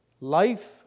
life